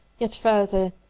yet further,